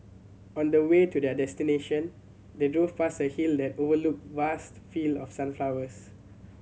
on the way to their destination they drove past a hill that overlooked vast field of sunflowers